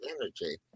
energy